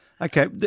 Okay